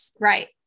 Right